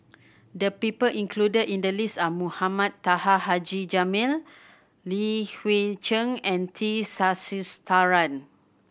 the people included in the list are Mohamed Taha Haji Jamil Li Hui Cheng and T Sasitharan